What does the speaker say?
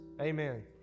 Amen